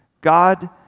God